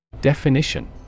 Definition